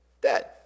Dead